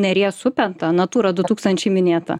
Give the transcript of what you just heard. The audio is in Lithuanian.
neries upę tą naturą du tūkstančiai minėtą